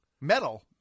metal